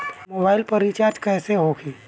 Mobile पर recharge कैसे होखी?